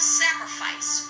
sacrifice